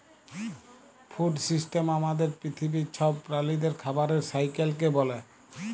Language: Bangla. ফুড সিস্টেম আমাদের পিথিবীর ছব প্রালিদের খাবারের সাইকেলকে ব্যলে